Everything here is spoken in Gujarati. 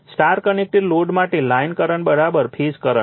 સ્ટાર કનેક્ટેડ લોડ માટે લાઇન કરંટ ફેઝ કરંટ છે